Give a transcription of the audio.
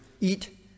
eat